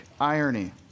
irony